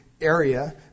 area